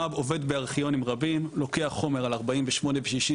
וסומא עליהם לחפש חומרים כאלה שהם יכולים לחשוף.